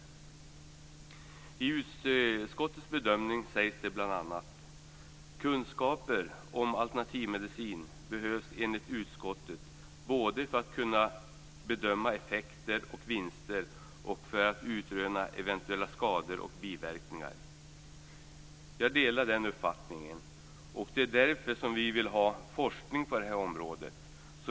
I utskottets bedömning sägs det bl.a.: "Kunskaper inom alternativmedicin behövs enligt utskottet både för att kunna bedöma effekter och vinster och för att utröna eventuella skador och biverkningar." Jag delar den uppfattningen, och det är därför som vi vill ha forskning på det här området.